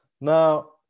Now